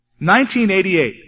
1988